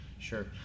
Sure